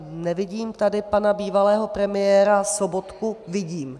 Nevidím tady pana bývalého premiéra Sobotku... vidím.